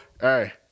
hey